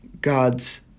God's